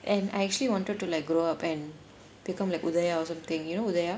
and I actually wanted to like grow up and become like uthaya or something you know uthaya